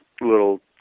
little